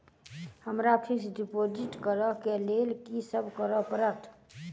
हमरा fix deposit करऽ केँ लेल की सब करऽ पड़त?